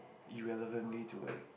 irrelevantly to like